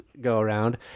go-around